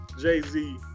Jay-Z